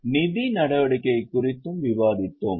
நிதி நடவடிக்கை குறித்தும் விவாதித்தோம்